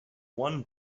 one